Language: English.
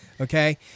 okay